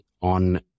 on